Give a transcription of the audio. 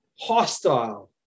hostile